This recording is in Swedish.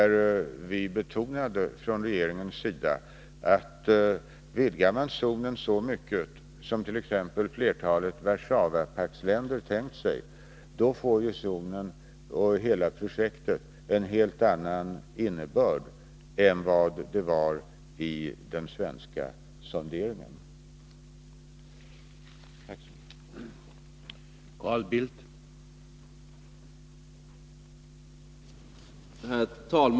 Regeringen betonade där att vidgar man korridoren så mycket som t.ex. flertalet Warszawapaktsländer tänkt sig, får hela projektet en helt annan innebörd än det hade i den svenska sonderingen.